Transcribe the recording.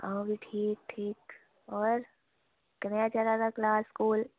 आं ते ठीक ठीक होर कनेहा चला दा क्लॉस